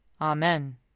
Amen